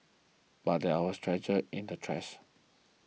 but there was treasure in the trash